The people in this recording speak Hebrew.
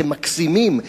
אתם מגזימים.